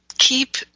keep